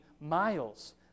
miles